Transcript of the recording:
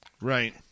Right